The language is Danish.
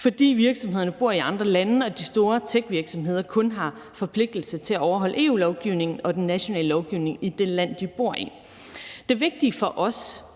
fordi virksomhederne bor i andre lande og de store techvirksomheder kun har forpligtelse til at overholde EU-lovgivningen og den nationale lovgivning i det land, de bor i. Det vigtige for os